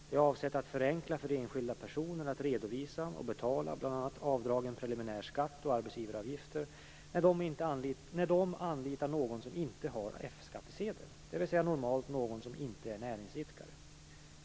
Det är avsett att förenkla för enskilda personer att redovisa och betala bl.a. avdragen preliminär skatt och arbetsgivaravgifter när dessa anlitar någon som inte har F-skattsedel, dvs. normalt någon som inte är näringsidkare.